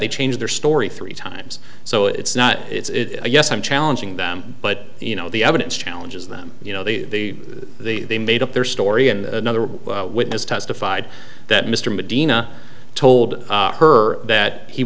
they changed their story three times so it's not it's yes i'm challenging them but you know the evidence challenges them you know the the they made up their story and another witness testified that mr medina told her that he